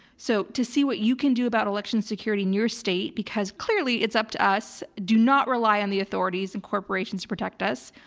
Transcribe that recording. so to see what you can do about election security and your state because clearly it's up to us, do not rely on the authorities and corporations to protect us.